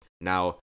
Now